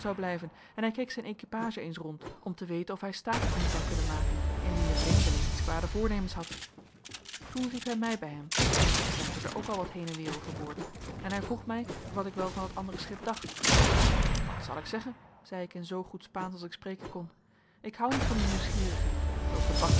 en hij keek zijn equipage eens rond om te weten of hij staat op hen zou kunnen maken indien de vreemdeling eens kwade voornemens had toen riep hij mij bij hem want ik slenterde ook al wat heen en weer over boord en hij vroeg mij wat ik wel van dat andere schip dacht wat zal ik zeggen zei ik in zoogoed spaansch als ik spreken kon ik hou niet van die nieuwsgierigen